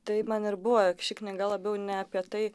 tai man ir buvo ši knyga labiau ne apie tai